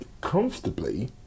comfortably